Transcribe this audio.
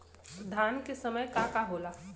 धान के समय का का होला?